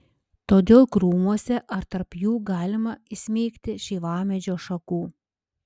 todėl krūmuose ar tarp jų galima įsmeigti šeivamedžio šakų